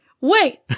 Wait